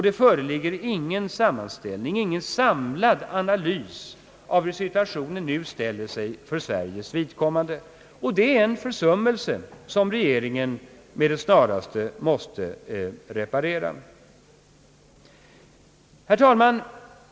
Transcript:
Det föreligger heller ingen sammanställning, ingen samlad analys av hur situationen nu ter sig för Sveriges vidkommande. Det är en försummelse som regeringen med det snaraste måste reparera.